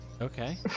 Okay